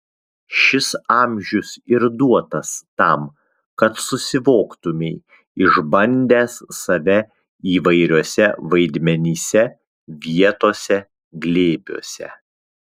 šis amžius ir duotas tam kad susivoktumei išbandęs save įvairiuose vaidmenyse vietose glėbiuose